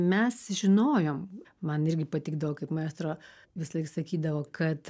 mes žinojom man irgi patikdavo kaip maestro visąlaik sakydavo kad